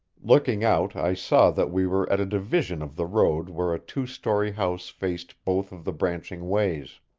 looking out i saw that we were at a division of the road where a two-story house faced both of the branching ways.